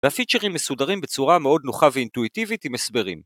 ‫והפיצ'רים מסודרים בצורה ‫מאוד נוחה ואינטואיטיבית עם הסברים.